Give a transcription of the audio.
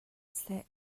seh